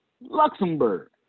Luxembourg